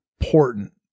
important